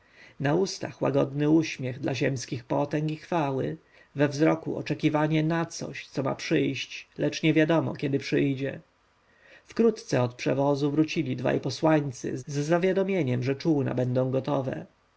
na ustach łagodny uśmiech dla ziemskich potęg i chwały we wzroku oczekiwanie na coś co ma przyjść lecz niewiadomo kiedy przyjdzie wkrótce od przewozu wrócili dwaj posłańcy z zawiadomieniem że czółna będą gotowe